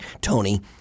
Tony